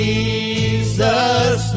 Jesus